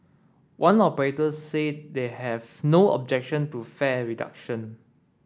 one operator said they have no objection to fare reduction